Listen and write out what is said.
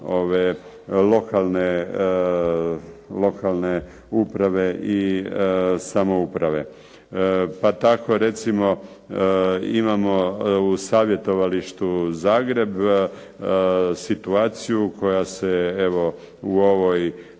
od lokalne uprave i samouprave. Pa tako recimo imamo u savjetovalištu Zagreb situaciju koja se evo